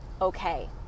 okay